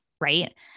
Right